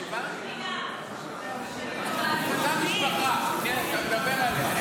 אותה משפחה שאתה מדבר עליה,